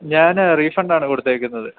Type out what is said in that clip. ഞാന് റീഫണ്ട് ആണ് കൊടുത്തേക്കുന്നത്